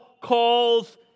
calls